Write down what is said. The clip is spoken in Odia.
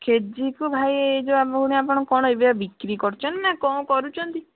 କେଜିକୁ ଭାଇ ଏ ଯେଉଁ ଆପଣ କ'ଣ ଏବେ ବିକ୍ରି କରୁଛନ୍ତି ନା କଣ କରୁଛନ୍ତି